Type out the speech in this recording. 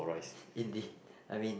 indeed I mean